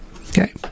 Okay